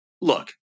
look